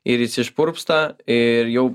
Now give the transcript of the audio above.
ir jis išpurpsta ir jau